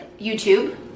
YouTube